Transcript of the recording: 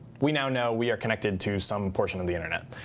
we now know we are connected to some portion of the internet,